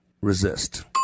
resist